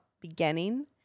beginning